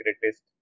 greatest